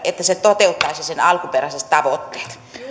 että se toteuttaisi sen alkuperäiset tavoitteet